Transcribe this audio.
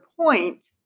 point